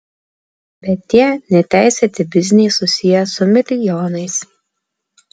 bet tie neteisėti bizniai susiję su milijonais